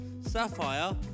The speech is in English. Sapphire